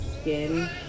skin